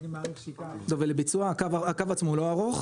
אני מעריך שייקח --- לביצוע הקו עצמו הלא ארוך?